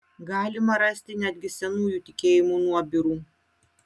galima rasti netgi senųjų tikėjimų nuobirų